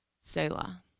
Selah